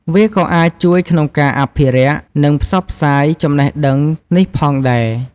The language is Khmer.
វាក៏អាចជួយក្នុងការអភិរក្ស និងផ្សព្វផ្សាយចំណេះដឹងនេះផងដែរ។